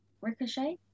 Ricochet